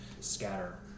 scatter